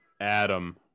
Adam